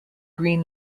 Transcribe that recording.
green